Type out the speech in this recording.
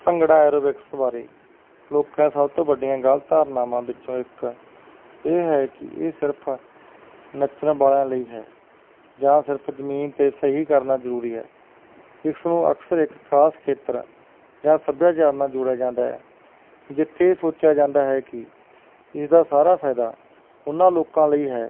bhangra aerobics ਬਾਰੇ ਲੋਕਾਂ ਸਭ ਤੋਂ ਵੱਡੀਆਂ ਗਲਤ ਧਾਰਨਾਵਾਂ ਵਿੱਚੋਂ ਇੱਕ ਇਹ ਹੈ ਕਿ ਇਹ ਸਿਰਫ ਨੱਚਣ ਵਾਲਿਆਂ ਲਈ ਹੈ ਜਾਂ ਸਿਰਫ ਜਮੀਨ ਤੇ ਸਹੀ ਕਰਨਾ ਜਰੂਰੀ ਹੈ ਇਸ ਨੂੰ ਅਕਸਰ ਇਕ ਖਾਸ ਖੇਤਰ ਜਾਂ ਸੱਭਿਆਚਾਰ ਨਾਲ ਜੋੜਿਆ ਜਾਂਦਾ ਜਿੱਥੇ ਇਹ ਸੋਚਿਆ ਜਾਂਦਾ ਹੈ ਕੀ ਇਸਦਾ ਸਾਰਾ ਫਾਇਦਾ ਉਹਨਾਂ ਲੋਕਾਂ ਲਈ ਹੈ